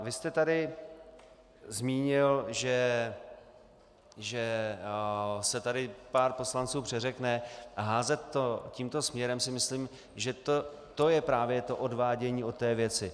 Vy jste tady zmínil, že se tady pár poslanců přeřekne, a házet to tímto směrem, si myslím, že to je právě to odvádění od věci.